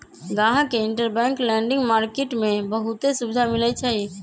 गाहक के interbank lending market में बहुते सुविधा मिलई छई